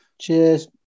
Cheers